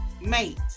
mate